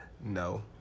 No